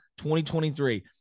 2023